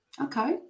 Okay